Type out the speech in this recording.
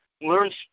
Learns